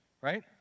right